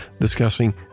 discussing